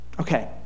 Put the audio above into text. Okay